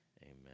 Amen